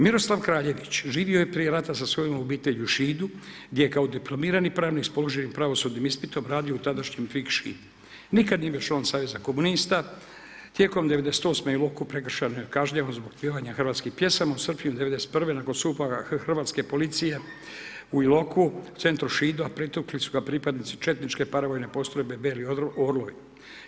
Miroslav Kraljević živio je prije rata sa svojom obitelji u Šidu gdje je kao diplomirani pravnik sa položenim pravosudnim ispitom radio u tadašnjem … Nikad nije bio član saveza komunista, tijekom '98. … prekršajno je kažnjavan zbog pjevanja hrvatskih pjesama u srpnju '91. nakon … hrvatske policije u Iloku u centru Šida… pretukli su ga pripadnici četničke paravojne postrojbe Beli orlovi.